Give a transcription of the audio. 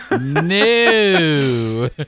No